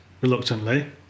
reluctantly